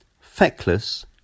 Feckless